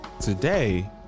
today